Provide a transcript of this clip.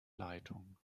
leitung